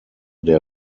der